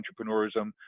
entrepreneurism